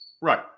Right